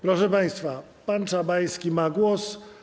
Proszę państwa, pan Czabański ma głos.